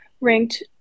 ranked